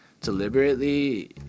deliberately